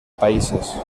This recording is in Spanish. países